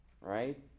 right